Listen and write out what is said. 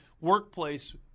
workplace